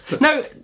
No